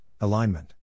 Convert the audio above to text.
alignment